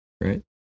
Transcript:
right